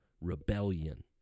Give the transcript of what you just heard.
rebellion